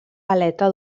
aleta